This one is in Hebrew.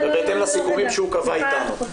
ובהתאם לסיכומים שהוא קבע איתנו.